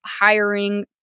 hiring